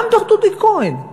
גם דוח דודי כהן,